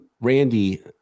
Randy